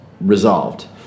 resolved